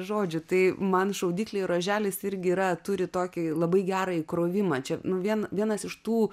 žodžiu tai man šaudyklė ir ruoželis irgi yra turi tokį labai gerą įkrovimą čia nu vien vienas iš tų